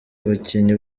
abakinnyi